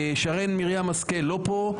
שרן מרים השכל לא פה,